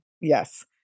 yes